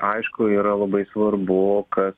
aišku yra labai svarbu kas